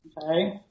Okay